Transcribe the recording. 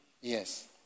Yes